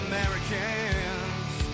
Americans